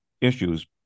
issues